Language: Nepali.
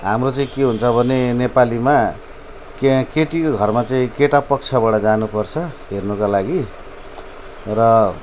हाम्रो चाहिँ के हुन्छ भने नेपालीमा क्या केटीको घरमा चाहिँ केटा पक्षबाट जानुपर्छ हेर्नका लागि र